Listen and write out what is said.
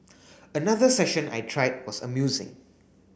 another session I tried was amusing